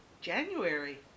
January